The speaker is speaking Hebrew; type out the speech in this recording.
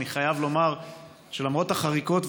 אני חייב לומר שלמרות החריקות,